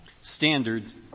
standards